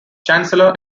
chancellor